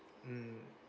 mm